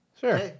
Sure